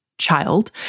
child